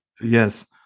Yes